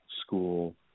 school